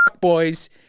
boys